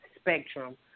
spectrum